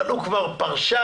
אבל הוא כבר פרשן.